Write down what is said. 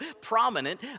prominent